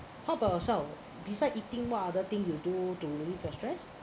how about yourself besides eating what other thing you do to relieve your stress